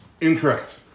Incorrect